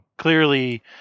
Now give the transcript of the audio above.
Clearly